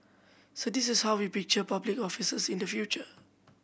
so this is how we picture public officers in the future